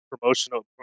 promotional